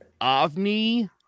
Avni